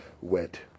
wet